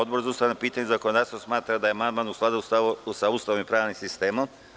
Odbor za ustavna pitanja i zakonodavstvo smatra da je amandman u skladu sa Ustavom i pravnim sistemom.